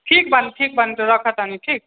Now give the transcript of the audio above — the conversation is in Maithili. ठीक बानी ठीक बानी रखऽ तनी ठीक